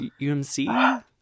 UMC